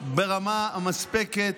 ברמה המספקת,